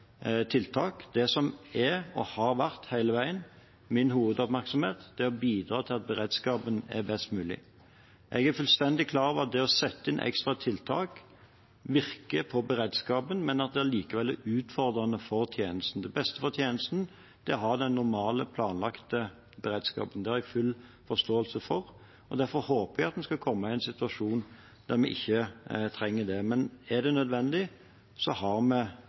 har, og hele veien har hatt, min hovedoppmerksomhet på, er å bidra til at beredskapen er best mulig. Jeg er fullstendig klar over at det å sette inn ekstra tiltak virker på beredskapen, men at det likevel er utfordrende for tjenesten. Det beste for tjenesten er å ha den normale, planlagte beredskapen. Det har jeg full forståelse for. Derfor håper jeg vi skal komme i en situasjon der vi ikke trenger det, men er det nødvendig, har vi